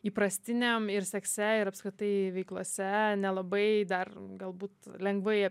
įprastiniam ir sekse ir apskritai veiklose nelabai dar galbūt lengvai